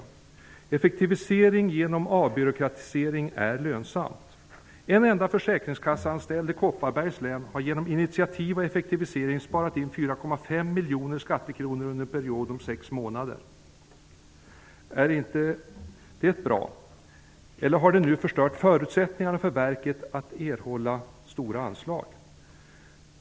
Det är lönsamt med effektivisering genom avbyråkratisering. En enda försäkringskasseanställd i Kopparbergs län har genom initiativ och effektiviering sparat in 4,5 månader. Är inte det bra? Eller har nu förutsättningarna för verket att erhålla stora anslag förstörts?